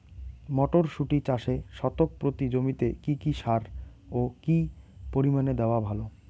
মটরশুটি চাষে শতক প্রতি জমিতে কী কী সার ও কী পরিমাণে দেওয়া ভালো?